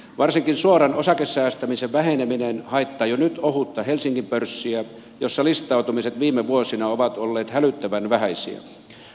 varsinkin suoran osakesäästämisen väheneminen haittaa jo nyt ohutta helsingin pörssiä jossa listautumiset viime vuosina ovat olleet hälyttävän vähäisiä